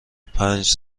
پنج